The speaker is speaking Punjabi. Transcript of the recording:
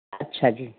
ਅੱਛਾ ਜੀ